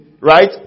right